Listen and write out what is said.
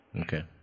Okay